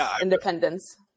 independence